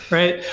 right?